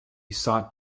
sought